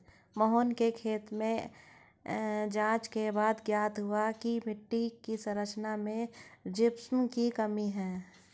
मोहन के खेत में जांच के बाद ज्ञात हुआ की मिट्टी की संरचना में जिप्सम की कमी है